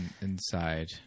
inside